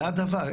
זה הדבר.